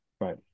right